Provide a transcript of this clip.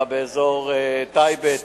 טייבה,